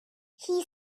saw